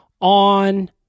on